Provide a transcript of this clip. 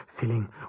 feeling